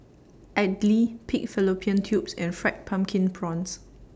Idly Pig Fallopian Tubes and Fried Pumpkin Prawns